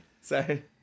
Sorry